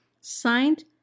Signed